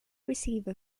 receiver